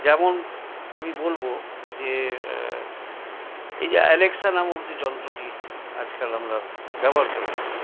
যেমন আমি বলব যে এই যে অ্যালেক্সা নামক যে যন্ত্রটি আজকাল আমরা ব্যবহার করে থাকি